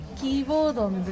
keyboard